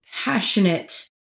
Passionate